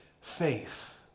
faith